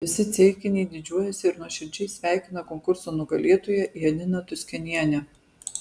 visi ceikiniai didžiuojasi ir nuoširdžiai sveikina konkurso nugalėtoją janiną tuskenienę